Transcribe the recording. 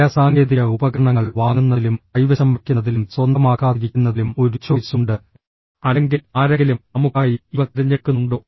ചില സാങ്കേതിക ഉപകരണങ്ങൾ വാങ്ങുന്നതിലും കൈവശം വയ്ക്കുന്നതിലും സ്വന്തമാക്കാതിരിക്കുന്നതിലും ഒരു ചോയ്സ് ഉണ്ട് അല്ലെങ്കിൽ ആരെങ്കിലും നമുക്കായി ഇവ തിരഞ്ഞെടുക്കുന്നുണ്ടോ